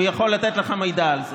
הוא יכול לתת לך מידע על זה.